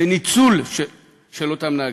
בניצול של אותם נהגים.